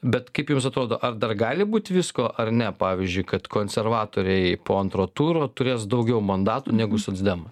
bet kaip jums atrodo ar dar gali būt visko ar ne pavyzdžiui kad konservatoriai po antro turo turės daugiau mandatų negu socdemai